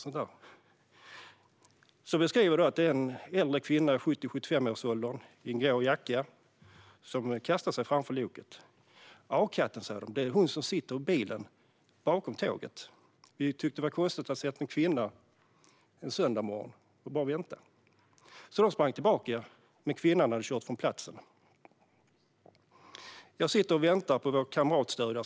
Jag beskriver att det är en äldre kvinna i 70-75-årsåldern, i en grå jacka, som kastade sig framför loket. Å katten, säger de, det är hon som sitter i bilen bakom tåget. Vi tyckte att det var konstigt att där sitter en kvinna en söndagsmorgon och bara väntar. De sprang tillbaka, men kvinnan hade kört från platsen. Jag sitter och väntar på vår kamratstödjare.